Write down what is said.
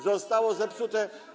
Zostało zepsute.